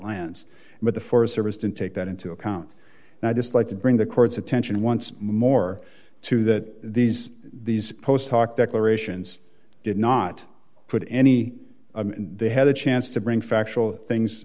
lands but the forest service didn't take that into account and i'd just like to bring the court's attention once more to that these these post talk declarations did not put any they had a chance to bring factual things